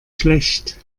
schlecht